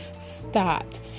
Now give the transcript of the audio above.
stopped